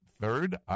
Third